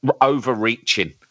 overreaching